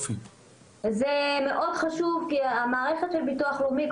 זה מאוד חשוב כי המערכת של ביטוח לאומי,